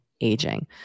aging